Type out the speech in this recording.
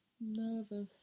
nervous